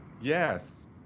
Yes